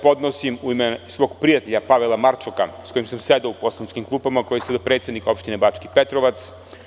Podnosim ga u ime svog prijatelja Pavela Marčoka s kojim sam sedeo u poslaničkim klupama, koji je sada predsednik opštine Bački Petrovac.